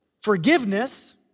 Forgiveness